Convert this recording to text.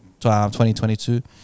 2022